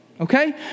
okay